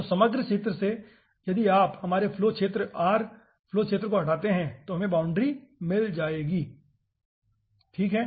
तो समग्र क्षेत्र से यदि आप हमारे फ्लो क्षेत्र r फ्लो क्षेत्र को हटाते हैं तो हमें बाउंड्री मिल जाएगी ठीक है